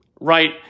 right